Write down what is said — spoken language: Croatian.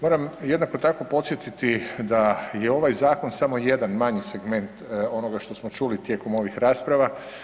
Moram jednako tako podsjetiti da je ovaj zakon samo jedan manji segment onoga što smo čuli tijekom ovih rasprava.